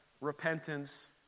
repentance